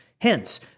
Hence